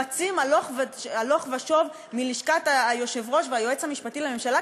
רצים הלוך ושוב מלשכת היושב-ראש והיועץ המשפטי לממשלה,